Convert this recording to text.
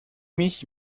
mich